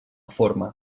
forma